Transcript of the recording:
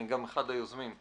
אני גם אחד היוזמים.